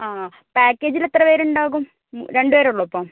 ആ പാക്കേജിൽ എത്ര പേരുണ്ടാകും രണ്ടുപേരെ ഉള്ളൂ ഇപ്പം